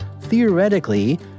theoretically